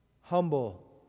humble